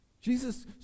Jesus